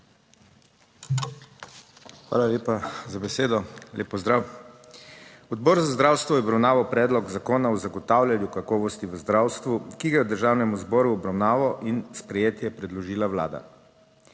Hvala lepa za besedo. Lep pozdrav! Odbor za zdravstvo je obravnaval Predlog zakona o zagotavljanju kakovosti v zdravstvu, ki ga je Državnemu zboru v obravnavo in sprejetje predložila Vlada.